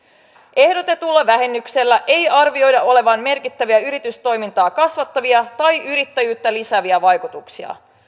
ehdotetulla vähennyksellä ei arvioida olevan merkittäviä yritystoimintaa kasvattavia tai yrittäjyyttä lisääviä vaikutuksia